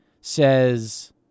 says